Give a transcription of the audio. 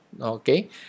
okay